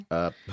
up